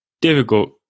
difficult